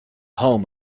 home